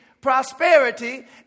prosperity